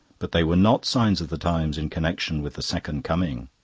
but they were not signs of the times in connection with the second coming.